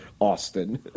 Austin